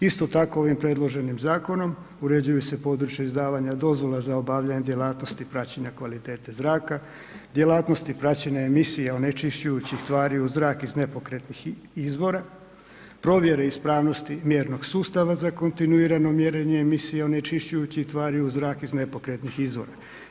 Isto tako, ovim predloženim zakonom uređuju se područje izdavanja dozvola za obavljanje djelatnosti praćenja kvalitete zraka, djelatnosti praćenje emisija onečišćujućih tvari u zrak iz nepokretnih izvora, provjera ispravnosti mjernog sustava za kontinuirano mjerenja emisija onečišćujućih tvari u zrak iz nepokretnih izvora.